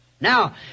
now